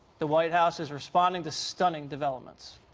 the white house is responding to stunning developments.